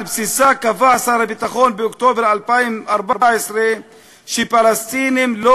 בסיסה קבע שר הביטחון באוקטובר 2014 שפלסטינים לא